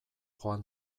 joan